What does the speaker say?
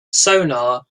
sonar